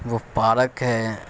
وہ پارک ہے